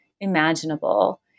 imaginable